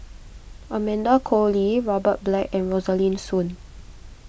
Amanda Koe Lee Robert Black and Rosaline Soon